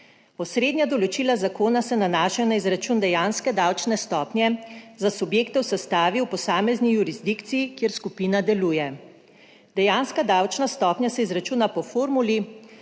Osrednja določila zakona se nanašajo na izračun dejanske davčne stopnje za subjekte v sestavi v posamezni jurisdikciji, kjer skupina deluje. Dejanska davčna stopnja se izračuna po formuli.